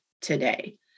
today